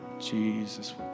Jesus